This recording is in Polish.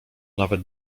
nawet